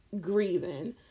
grieving